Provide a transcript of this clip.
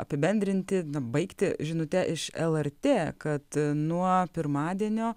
apibendrinti na baigti žinute iš lrt kad nuo pirmadienio